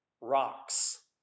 Rocks